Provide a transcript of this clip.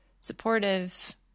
supportive